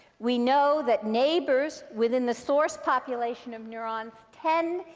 we know that neighbors within the source population of neurons tend,